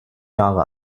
jahre